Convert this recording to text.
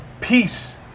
peace